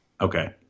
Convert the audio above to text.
Okay